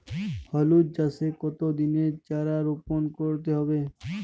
হলুদ চাষে কত দিনের চারা রোপন করতে হবে?